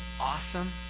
awesome